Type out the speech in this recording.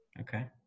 Okay